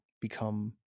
become